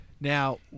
Now